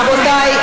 רבותיי,